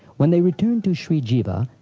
when they returned to shri jiva,